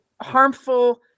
harmful